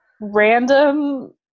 random